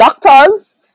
doctors